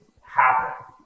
happen